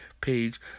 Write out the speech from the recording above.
page